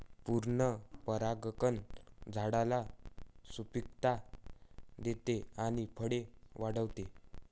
पूर्ण परागकण झाडाला सुपिकता देते आणि फळे वाढवते